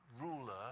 ruler